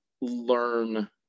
learn